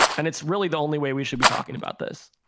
and it's really the only way we should be talking about this